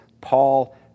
Paul